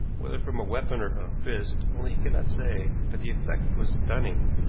whether from a weapon or a fist only he cannot say, but the effect was stunning,